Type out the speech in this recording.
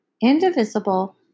indivisible